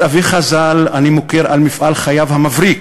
את אביך ז"ל אני מוקיר על מפעל חייו המבריק,